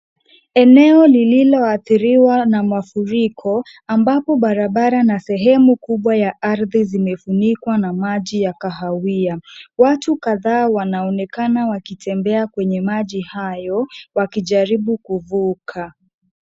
Eneo lililoathiriwa na mafuriko ambapo barabara na sehemu kubwa ya ardhi zimefunikwa na maji ya kahawia. Watu kadhaa wanaonekana wakitembea kwenye maji hayo wakijaribu kuvuka.